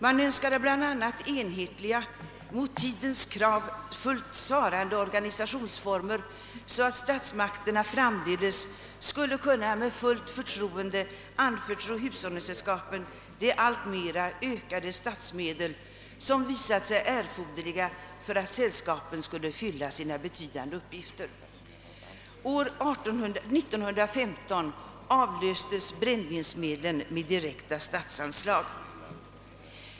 Man önskade bl.a. enhetliga, mot tidens krav fullt svarande organisationsformer, så att statsmakterna framdeles skulle kunna med fullt förtroende anförtro hushållningssällskapen de allt större statsmedel som visat sig erforderliga för att sällskapen skulle kunna fylla sina betydande uppgifter. år 1915 avlöstes brännvinsmedlen med direkta statsanslag.